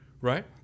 Right